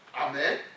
Amen